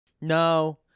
No